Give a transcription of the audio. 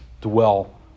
dwell